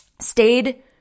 stayed